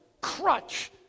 crutch